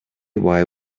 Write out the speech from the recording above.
while